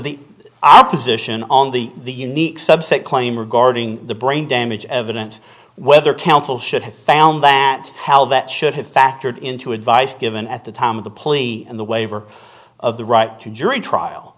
the opposition on the the unique subset claim regarding the brain damage evidence whether counsel should have found that how that should have factored into advice given at the time of the plea and the waiver of the right to jury trial